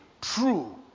true